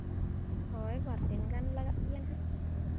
ᱦᱳᱭ ᱵᱟᱨᱫᱤᱱ ᱜᱟᱱ ᱞᱟᱜᱟᱜ ᱜᱮᱭᱟ ᱦᱟᱸᱜ